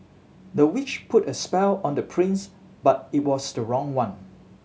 the witch put a spell on the prince but it was the wrong one